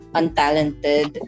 untalented